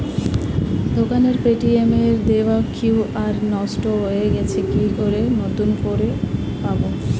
দোকানের পেটিএম এর দেওয়া কিউ.আর নষ্ট হয়ে গেছে কি করে নতুন করে পাবো?